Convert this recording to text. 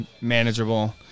manageable